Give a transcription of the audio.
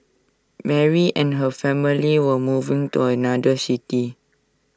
Mary and her family were moving to another city